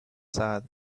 sad